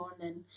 morning